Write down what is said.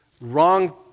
wrong